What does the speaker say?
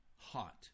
hot